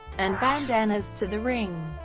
and bandanas to the ring.